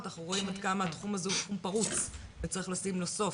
ואנחנו רואים עד כמה התחום הזה פרוץ וצריך לשים לו סוף.